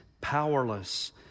powerless